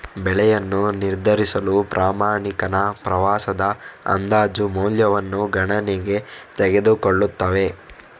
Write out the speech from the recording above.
ಬೆಲೆಯನ್ನು ನಿರ್ಧರಿಸಲು ಪ್ರಯಾಣಿಕನ ಪ್ರವಾಸದ ಅಂದಾಜು ಮೌಲ್ಯವನ್ನು ಗಣನೆಗೆ ತೆಗೆದುಕೊಳ್ಳುತ್ತವೆ